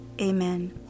Amen